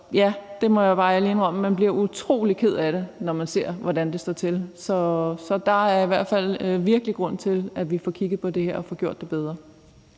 bare ærligt indrømme, at man bliver utrolig ked af det, når man ser, hvordan det står til. Så der er i hvert fald virkelig grund til, at vi får kigget på det her og får gjort det bedre.